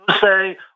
Say